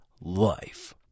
Life